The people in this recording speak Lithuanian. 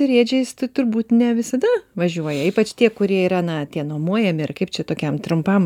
riedžiais tai turbūt ne visada važiuoja ypač tie kurie yra na tie nuomojami ir kaip čia tokiam trumpam